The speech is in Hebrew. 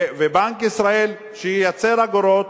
ובנק ישראל, שייצר אגורות.